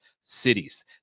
cities